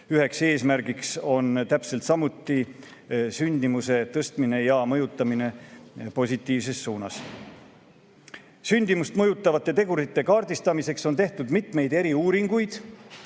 üks eesmärk on täpselt samuti sündimuse tõstmine ja mõjutamine positiivses suunas. Sündimust mõjutavate tegurite kaardistamiseks on tehtud mitmeid eriuuringuid